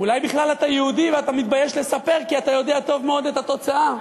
אולי בכלל אתה יהודי ואתה מתבייש לספר כי אתה יודע טוב מאוד את התוצאה?